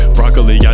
Broccoli